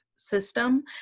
system